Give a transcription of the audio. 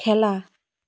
খেলা